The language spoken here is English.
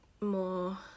more